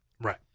right